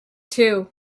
two